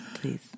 please